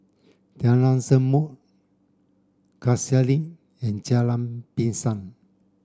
Jalan Zamrud Cassia Link and Jalan Pisang